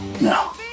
No